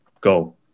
Go